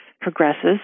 progresses